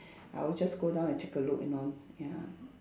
I will just go down and take a look you know ya